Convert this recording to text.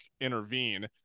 intervene